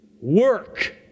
work